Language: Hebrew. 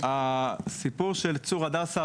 הסיפור של צור הדסה,